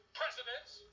presidents